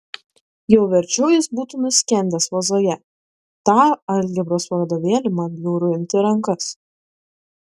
jau verčiau jis būtų nuskendęs vazoje tą algebros vadovėlį man bjauru imti į rankas